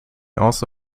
also